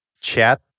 chat